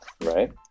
right